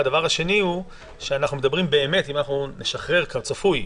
והדבר השני הוא שאנחנו מדברים באמת ואם נשחרר כצפוי,